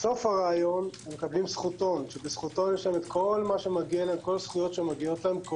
בסוף הראיון הם מקבלים זכותון שבו יש את כל הזכויות שמגיעות להם,